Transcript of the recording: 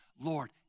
Lord